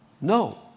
no